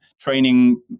training